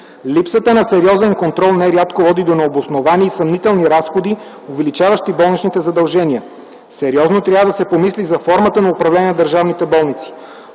Липсата на сериозен контрол нерядко води до необосновани и съмнителни разходи, увеличаващи болничните задължения. Сериозно трябва да се помисли за формата на управление на държавните болници.